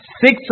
Six